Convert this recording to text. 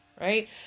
right